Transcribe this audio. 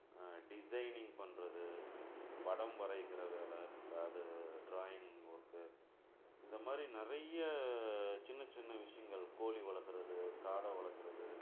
designing பண்ணுறது படம் வரைகிற வேலை க அது ட்ராயிங்கு ஒர்க்கு இந்த மாதிரி நிறைய சின்ன சின்ன விஷயங்கள் கோழி வளக்கிறது காடை வளக்கிறது